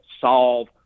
solve